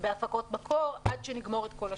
בהפקות מקור עד שנגמור את כל השאר.